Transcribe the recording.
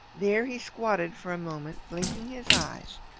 there he squatted for a moment, blinking his eyes,